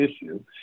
issue